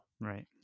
right